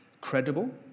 credible